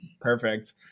Perfect